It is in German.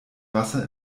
wasser